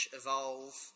evolve